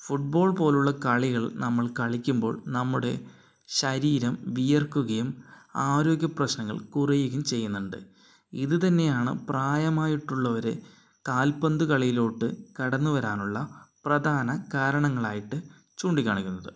football പോലുള്ള കളികൾ നമ്മൾ കളിക്കുമ്പോൾ നമ്മുടെ ശരീരം വിയർക്കുകയും ആരോഗ്യ പ്രശ്നങ്ങൾ കുറയുകയും ചെയ്യുന്നുണ്ട് ഇതു തന്നെയാണ് പ്രായമായിട്ടുള്ളവർ കാൽപന്ത് കളിയിലോട്ട് കടന്ന് വരാനുള്ള പ്രധാന കാരണങ്ങളായിട്ട് ചൂണ്ടിക്കാണിക്കുന്നത്